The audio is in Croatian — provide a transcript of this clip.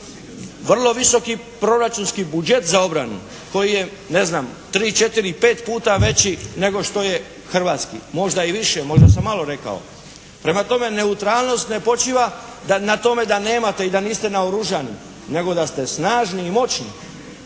vrlo visoki proračunski budžet za obranu koji je ne znam tri, četiri i pet puta veći nego što je hrvatski. Možda i više, možda sam malo rekao. Prema tome, neutralnost ne počiva na tome da nemate i da niste naoružani nego da ste snažni i moćni.